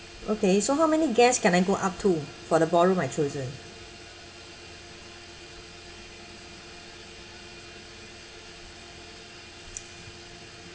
okay so how many guests can I go up to for the ballroom I chosen